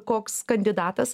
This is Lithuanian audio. koks kandidatas